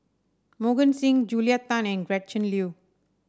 Mohan Singh Julia Tan and Gretchen Liu